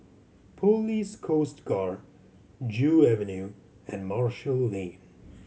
Police Coast Guard Joo Avenue and Marshall Lane